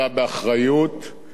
בזה אני חולק על הנגיד,